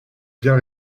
bien